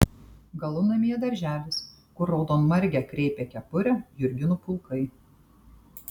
galunamyje darželis kur raudonmargę kreipia kepurę jurginų pulkai